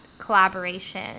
collaboration